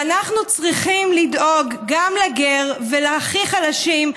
ואנחנו צריכים לדאוג גם לגר ולהכי חלשים.